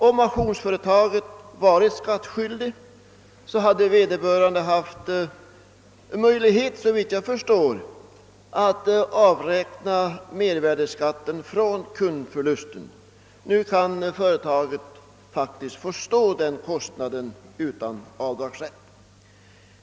Om auktionsföretaget varit skattskyldigt hade det såvitt jag förstår haft möjlighet att avräkna mervärdeskatten från kundförlusten. Nu kan företaget faktiskt få stå för denna kostnad utan avdragsrätt.